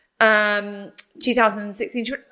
2016